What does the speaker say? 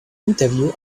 interview